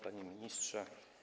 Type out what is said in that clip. Panie Ministrze!